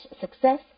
success